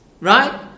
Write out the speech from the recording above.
Right